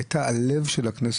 היה הייתה הלב של הכנסת.